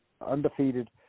undefeated